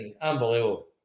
unbelievable